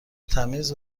تمیز